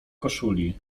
koszuli